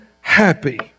happy